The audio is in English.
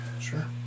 Sure